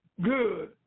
Good